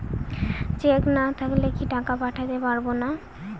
Check না থাকলে কি টাকা পাঠাতে পারবো না?